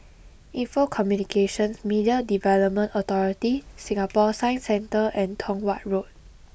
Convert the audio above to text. Info Communications Media Development Authority Singapore Science Centre and Tong Watt Road